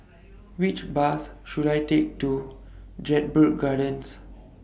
Which Bus should I Take to Jedburgh Gardens